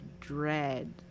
dread